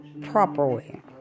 properly